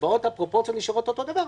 בהצבעות הפרופורציות נשארות אותו דבר,